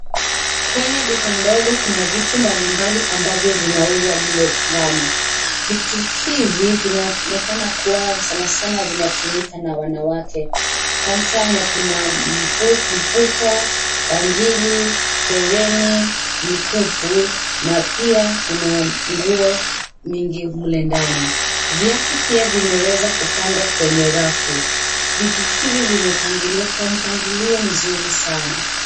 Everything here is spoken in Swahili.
Kwenye duka ndogo kuna vitu mbalimbali ambavyo vinauzwa mle ndani. Vitu hivi vinaonekana kuwa sana sana vinatumika na wanawake. Kwa mfano kuna mifuko, bangili, herini, mikufu na pia kuna nguo mingi mle ndani. Viatu pia vimeweza kupangwa kwenye rafu. Vitu hivi vimewekwa kwa mpangilio mzuri sana.